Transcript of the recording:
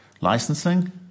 Licensing